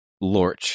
Lorch